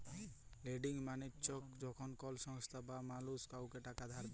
lending মালে চ্ছ যখল কল সংস্থা বা মালুস কাওকে টাকা ধার দেয়